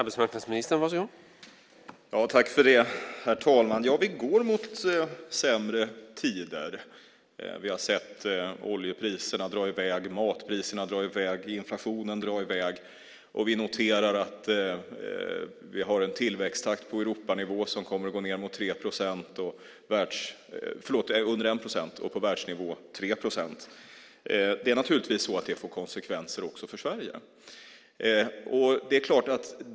Herr talman! Vi går mot sämre tider. Vi har sett oljepriserna dra iväg, matpriserna dra iväg och inflationen dra iväg. Vi noterar att vi har en tillväxttakt på Europanivå som kommer att gå ned under 1 procent och på världsnivå 3 procent. Det får naturligtvis konsekvenser också för Sverige.